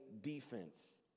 defense